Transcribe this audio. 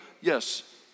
yes